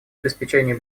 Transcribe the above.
обеспечению